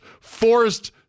Forced